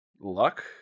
Luck